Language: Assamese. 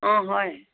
অঁ হয়